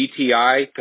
DTI